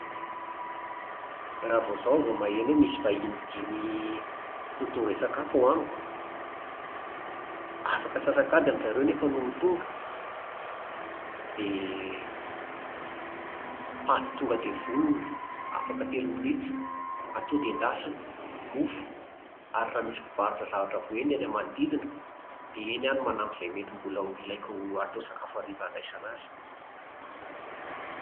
Raha vao izao aho vao mheno hoe misy vahiny dimy ho tonga hisakafo ao amiko, afaka antsasak'adiny ry zareo anefa no ho tonga, dia paty tonga dia vonona afaka telo minitra, atody endasina, mofo, ary raha misy mpivarotra zavatra voaendy any amin'ny manodidina dia eny aho no manampy izay mety mbola ho ilaiko hatao sakafo hariva handraisana azy